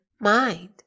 mind